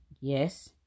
Yes